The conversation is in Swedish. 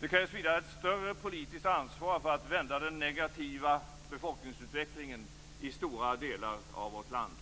Det krävs vidare ett större politiskt ansvar för att vända den negativa befolkningsutvecklingen i stora delar av vårt land.